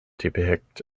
depict